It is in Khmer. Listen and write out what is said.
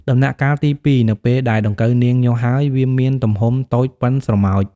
ដំណាក់កាលទី២ នៅពេលដែលដង្កូវនាងញាស់ហើយ វាមានទំហំតូចប៉ុនស្រមោច។